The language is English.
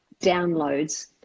downloads